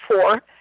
four